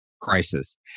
crisis